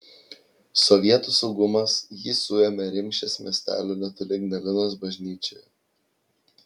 sovietų saugumas jį suėmė rimšės miestelio netoli ignalinos bažnyčioje